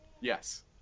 Yes